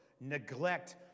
neglect